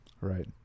right